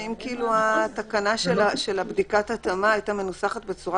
אם התקנה של בדיקת ההתאמה הייתה מנוסחת בצורה